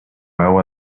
vago